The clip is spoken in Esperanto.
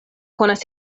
konas